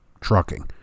trucking